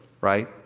right